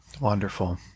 Wonderful